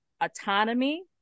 autonomy